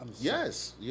Yes